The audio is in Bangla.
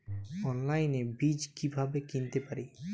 অনলাইনে বীজ কীভাবে কিনতে পারি?